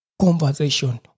conversation